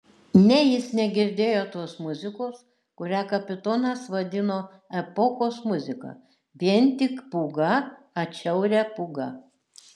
ne jis negirdėjo tos muzikos kurią kapitonas vadino epochos muzika vien tik pūgą atšiaurią pūgą